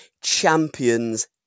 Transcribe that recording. champions